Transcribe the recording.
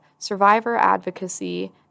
survivoradvocacy